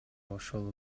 ошол